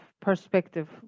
perspective